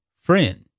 friend